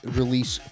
release